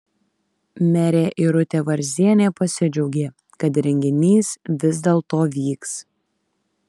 merė irutė varzienė pasidžiaugė kad renginys vis dėlto vyks